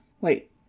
Wait